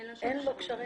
אין לו קשרים.